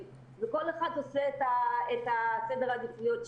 וכל אחד עושה את סדר העדיפויות שלו.